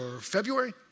February